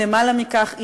או למעלה מכך,